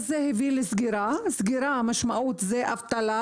זה הביא לסגירה שמשמעותה אבטלה